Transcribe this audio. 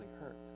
hurt